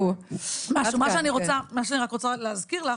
מה שאני רק רוצה להזכיר לך,